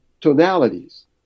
tonalities